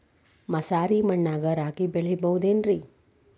ಮಸಾರಿ ಮಣ್ಣಾಗ ರಾಗಿ ಬೆಳಿಬೊದೇನ್ರೇ?